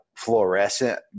fluorescent